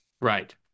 Right